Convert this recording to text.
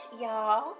y'all